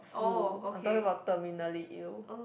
flu I'm talking about terminally ill